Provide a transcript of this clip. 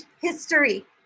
history